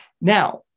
Now